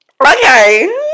Okay